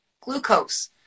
glucose